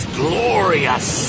glorious